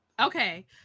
okay